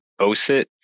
OSIT